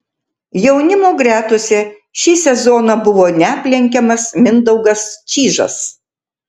jaunimo gretose šį sezoną buvo neaplenkiamas mindaugas čyžas